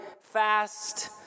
fast